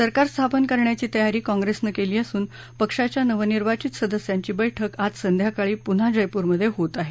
सरकार स्थापन करण्याची तयारी काँग्रेसनं केली असून पक्षाच्या नवनिर्वाचित सदस्यांची बैठक आज संध्याकाळी पुन्हा जयपूरमधे होत आहे